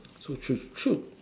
so should should